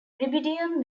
rubidium